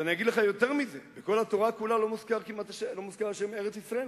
אני אגיד לך יותר מזה: בכל התורה כולה לא מוזכר כמעט השם "ארץ-ישראל",